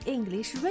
English